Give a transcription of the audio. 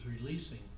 releasing